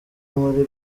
muri